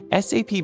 SAP